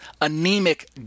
anemic